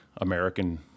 American